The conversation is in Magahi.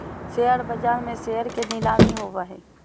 शेयर बाज़ार में शेयर के नीलामी होबो हइ